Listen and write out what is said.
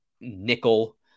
nickel